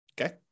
okay